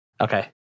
Okay